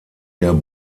der